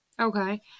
Okay